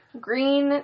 green